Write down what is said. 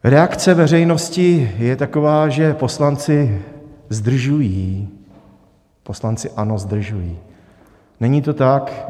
Reakce veřejnosti je taková, že poslanci zdržují, poslanci ANO zdržují, není to tak.